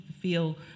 feel